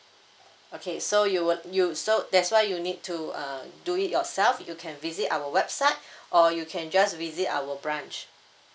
okay so you would you so that's why you need to uh do it yourself you can visit our website or you can just visit our branch